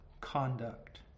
conduct